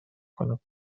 کنم